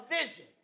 vision